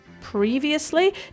previously